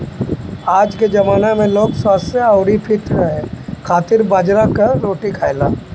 आजके जमाना में लोग स्वस्थ्य अउरी फिट रहे खातिर बाजरा कअ रोटी खाएला